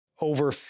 over